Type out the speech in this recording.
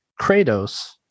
kratos